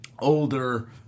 older